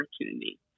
opportunity